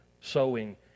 sowing